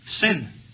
sin